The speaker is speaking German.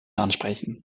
ansprechen